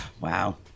Wow